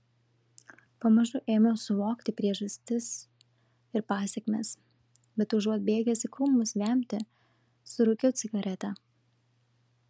pamažu ėmiau suvokti priežastis ir pasekmes bet užuot bėgęs į krūmus vemti surūkiau cigaretę